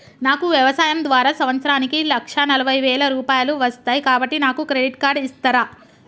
నాకు వ్యవసాయం ద్వారా సంవత్సరానికి లక్ష నలభై వేల రూపాయలు వస్తయ్, కాబట్టి నాకు క్రెడిట్ కార్డ్ ఇస్తరా?